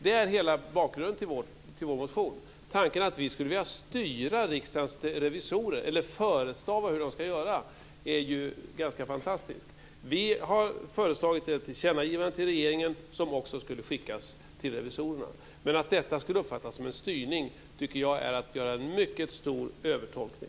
Det är hela bakgrunden till vår motion. Tanken att vi skulle vilja styra Riksdagens revisorer eller förestava hur de ska göra är ju ganska fantastisk. Vi har föreslagit ett tillkännagivande till regeringen som också skulle skickas till revisorerna. Men att uppfatta detta som en styrning tycker jag är att göra en mycket stor övertolkning.